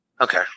Okay